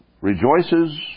Rejoices